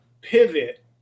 pivot